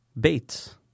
Bates